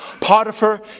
Potiphar